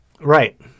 right